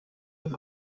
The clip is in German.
dem